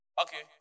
Okay